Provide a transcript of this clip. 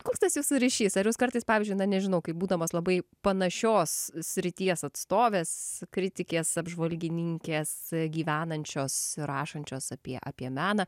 koks tas jūsų ryšys ar jūs kartais pavyzdžiui na nežinau kaip būdamos labai panašios srities atstovės kritikės apžvalgininkės gyvenančios ir rašančios apie apie meną